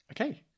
Okay